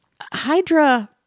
Hydra